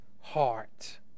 heart